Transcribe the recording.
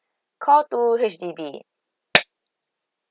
call two H_D_B